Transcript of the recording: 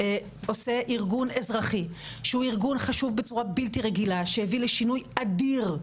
עושה ארגון אזרחי שהוא ארגון חשוב בצורה בלתי רגילה שהביא לשינוי אדיר,